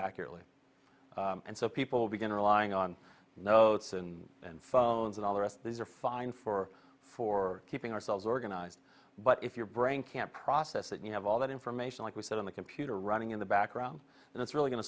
accurately and so people begin relying on notes and and phones and all the rest these are fine for for keeping ourselves organized but if your brain can't process that you have all that information like you said on the computer running in the background and it's really go